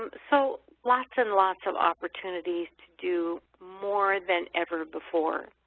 um so lots and lots of opportunities to do more than ever before.